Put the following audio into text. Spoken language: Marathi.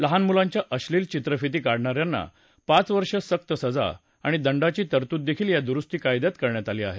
लहान मुलांच्या अशलील चित्रफिती काढणाऱ्यांना पाच वर्ष सक्त सजा आणि दंडाची तरतूद देखील या दुरस्ती कायद्यात करण्यात आली आहे